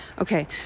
Okay